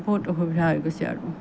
বহুত অসুবিধা হৈ গৈছে আৰু